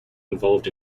involved